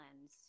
Lens